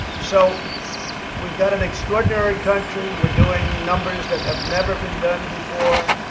so we've got an extraordinary country. we're doing numbers that have never been done before.